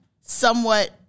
somewhat